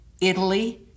Italy